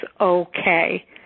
okay